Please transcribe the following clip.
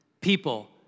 People